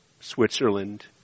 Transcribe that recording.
Switzerland